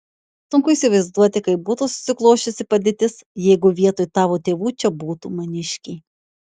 sunku įsivaizduoti kaip būtų susiklosčiusi padėtis jeigu vietoj tavo tėvų čia būtų maniškiai